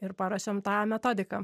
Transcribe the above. ir paruošėm tą metodiką